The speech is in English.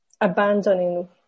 abandoning